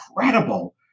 incredible